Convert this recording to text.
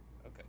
Okay